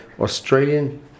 Australian